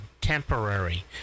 temporary